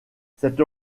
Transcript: cette